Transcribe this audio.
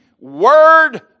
word